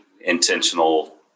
intentional